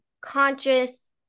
conscious